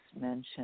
mentioned